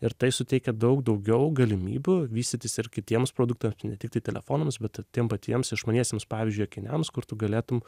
ir tai suteikia daug daugiau galimybių vystytis ir kitiems produktams ne tiktai telefonams bet tiem patiems išmaniesiems pavyzdžiui akiniams kur tu galėtum